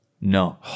No